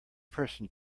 person